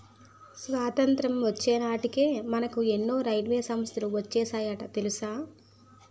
స్వతంత్రం వచ్చే నాటికే మనకు ఎన్నో రైల్వే సంస్థలు వచ్చేసాయట తెలుసా